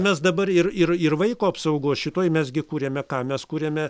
mes dabar ir ir ir vaiko apsaugos šitoj mes gi kuriame ką mes kuriame